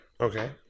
Okay